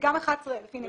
וגם 11,000 הנה,